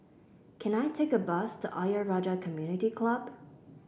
can I take a bus to Ayer Rajah Community Club